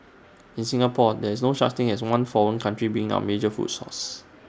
in Singapore there is no such thing as one foreign country being our major food source